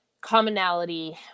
commonality